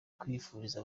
kwifuriza